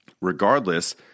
regardless